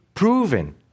proven